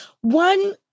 one